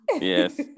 Yes